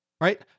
right